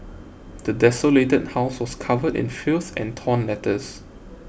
the desolated house was covered in filth and torn letters